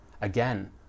Again